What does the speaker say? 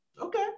Okay